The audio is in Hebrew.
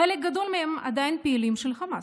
חלק גדול מהם עדיין פעילים של חמאס.